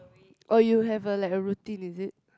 or you have a like a routine is it